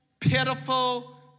pitiful